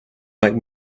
make